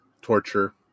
torture